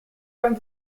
vingt